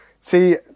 See